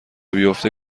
بیافته